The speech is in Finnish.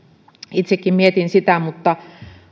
itsekin mietin sitä mutta